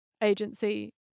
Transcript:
Agency